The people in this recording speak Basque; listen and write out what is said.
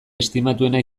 estimatuena